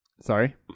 Sorry